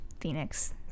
Phoenix